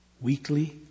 weekly